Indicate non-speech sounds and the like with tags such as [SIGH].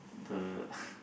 the [LAUGHS]